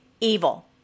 evil